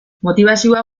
motibazioa